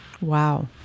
Wow